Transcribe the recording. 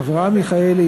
אברהם מיכאלי,